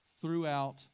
throughout